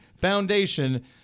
Foundation